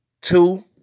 two